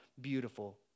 beautiful